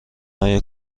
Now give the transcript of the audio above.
های